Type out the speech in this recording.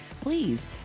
please